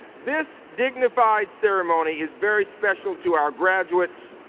this dignified ceremony is very special to our graduates,